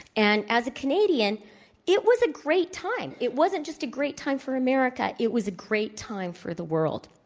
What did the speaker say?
and as a canadian it was a great time. it wasn't just a great time for america. it was a great time for the world.